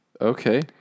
Okay